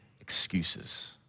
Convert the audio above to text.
excuses